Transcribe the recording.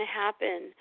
happen